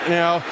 now